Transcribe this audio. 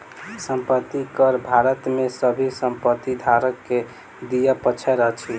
संपत्ति कर भारत में सभ संपत्ति धारक के दिअ पड़ैत अछि